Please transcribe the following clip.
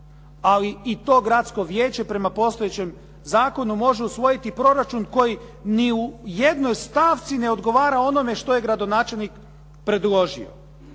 Ali i to gradsko vijeće prema postojećem zakonu m ože usvojiti proračun koji ni u jednoj stavci ne odgovara onome što je gradonačelnik predložio.